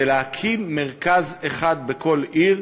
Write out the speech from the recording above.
זה להקים מרכז אחד בכל עיר,